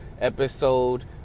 episode